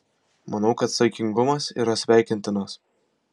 manau kad saikingumas yra sveikintinas